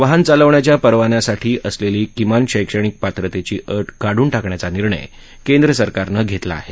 वाहन चालवण्याच्या परवान्यासाठी असलेली किमान शैक्षणिक पात्रतेची अट काढून टाकण्याचा निर्णय केंद्र सरकारनं घेतला आहे